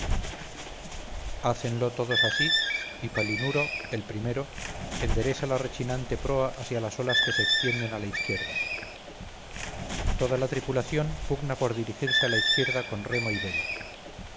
hácenlo todos así y palinuro el primero endereza la rechinan te proa hacia las olas que se extienden a la izquierda toda la tripulación pugna por dirigirse a la izquierda con remo y vela